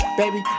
baby